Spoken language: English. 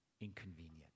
inconvenient